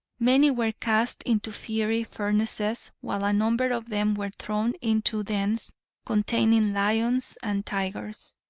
many were cast into fiery furnaces, while a number of them were thrown into dens containing lions and tigers.